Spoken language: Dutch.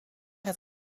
het